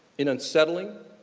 in unsettling,